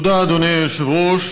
תודה, אדוני היושב-ראש.